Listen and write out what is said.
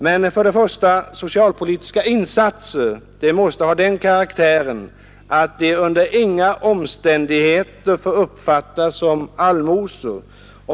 Men socialpolitiska insatser måste för det första ha den karaktären att de under inga omständigheter uppfattas som allmosor.